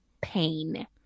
pain